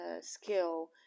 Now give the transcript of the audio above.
skill